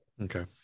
Okay